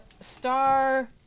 Star